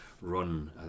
run